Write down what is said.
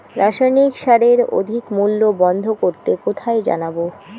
রাসায়নিক সারের অধিক মূল্য বন্ধ করতে কোথায় জানাবো?